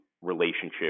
relationship